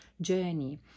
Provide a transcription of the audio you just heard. journey